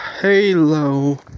hello